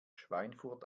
schweinfurt